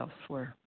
elsewhere